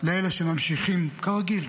לאלה שממשיכים כרגיל.